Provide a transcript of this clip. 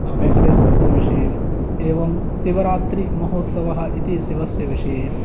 वेङ्कटेश्वरस्यविषये एवं शिवरात्रिमहोत्सवः इति शिवस्य विषये